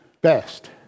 best